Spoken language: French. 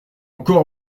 encore